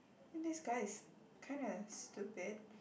think this guy is kind a stupid